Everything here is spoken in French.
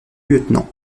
lieutenant